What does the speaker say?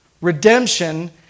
Redemption